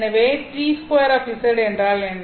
எனவே T2 என்றால் என்ன